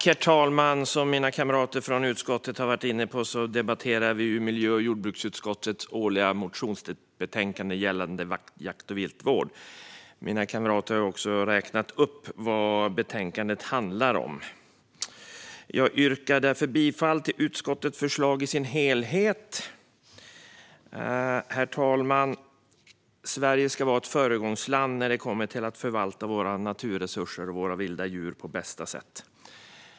Herr talman! Som mina kamrater från utskottet har varit inne på debatterar vi miljö och jordbruksutskottets årliga motionsbetänkande gällande jakt och viltvård. Mina kamrater har också räknat upp vad betänkandet handlar om. Jag yrkar bifall till utskottets förslag i dess helhet. Herr talman! Sverige ska vara ett föregångsland när det gäller att förvalta våra naturresurser och våra vilda djur på bästa sätt.